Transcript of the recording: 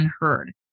unheard